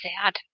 sad